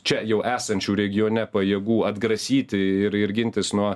čia jau esančių regione pajėgų atgrasyti ir ir gintis nuo